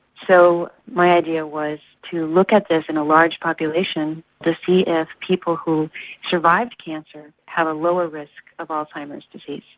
so my idea was to look at this in a large population to see if people who survived cancer have a lower risk of alzheimer's disease.